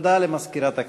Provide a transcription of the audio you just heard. הודעה למזכירת הכנסת.